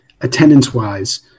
Attendance-wise